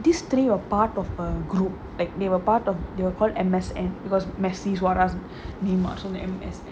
these three or part of a group as they were part of the call M_S_N because messi sora neema